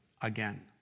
Again